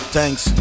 Thanks